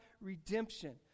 redemption